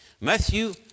Matthew